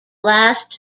last